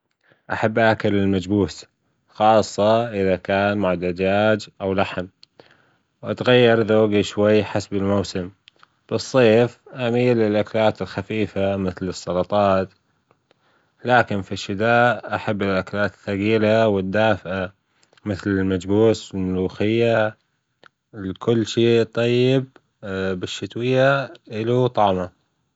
أحب أكل المجبوس خاصة إذا كان مع دجاج أو لحم، ويتغير ذوقي شوي حسب الموسم، في الصيف أميل للأكلات الخفيفة مثل السلطات، لكن في الشتا أحب الأكلات الثجيلة والدافئة مثل المجبوس ،الملوخية الكل شي طيب بالشتوية إله طعمه.